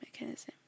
mechanism